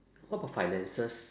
what about finances